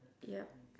yup